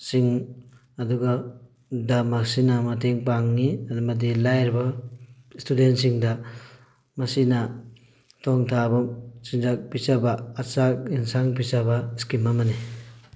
ꯁꯤꯡ ꯑꯗꯨꯒ ꯗ ꯃꯁꯤꯅ ꯃꯇꯦꯡ ꯄꯥꯡꯉꯤ ꯑꯃꯗꯤ ꯂꯥꯏꯔꯕ ꯁ꯭ꯇꯨꯗꯦꯟꯁꯤꯡꯗ ꯃꯁꯤꯅ ꯊꯣꯡ ꯊꯥꯛꯑꯕ ꯆꯤꯟꯖꯥꯛ ꯄꯤꯖꯕ ꯑ ꯆꯥꯛ ꯏꯟꯁꯥꯡ ꯄꯤꯖꯕ ꯁ꯭ꯀꯤꯝ ꯑꯃꯅꯤ